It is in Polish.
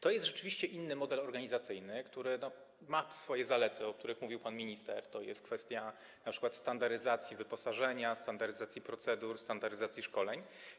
To jest rzeczywiście inny model organizacyjny, który ma swoje zalety, o których mówił pan minister - to jest kwestia np. standaryzacji wyposażenia, standaryzacji procedur, standaryzacji szkoleń.